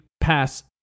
Pass